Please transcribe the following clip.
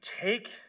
take